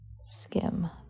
skim